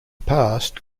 past